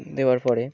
দেওয়ার পরে